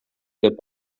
деп